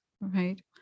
right